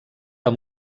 amb